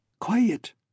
Quiet